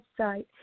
website